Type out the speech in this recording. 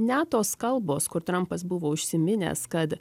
net tos kalbos kur trampas buvo užsiminęs kad